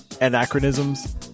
anachronisms